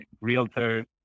realtor